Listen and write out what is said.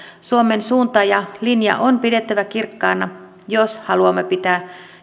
suomen suunta ja linja on pidettävä kirkkaana jos haluamme pitää